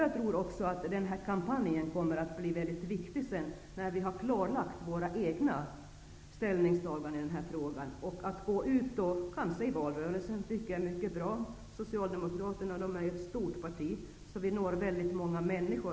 Jag tror också att kampanjen kommer att bli väldigt viktig när vi har klargjort våra egna ställningstaganden. Man kan då -- kanske i valrörelsen -- gå ut med information om allemansrätten. Socialdemokraterna är ju ett stort parti, som når många människor.